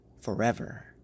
forever